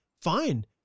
fine